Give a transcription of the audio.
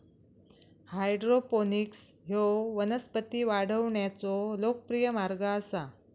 hydroponics ह्यो वनस्पती वाढवण्याचो लोकप्रिय मार्ग आसा